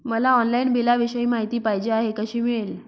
मला ऑनलाईन बिलाविषयी माहिती पाहिजे आहे, कशी मिळेल?